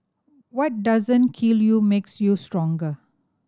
what doesn't kill you makes you stronger